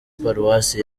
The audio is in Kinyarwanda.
paruwasi